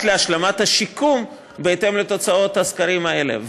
להשלמת השיקום בהתאם לתוצאות הסקרים האלה,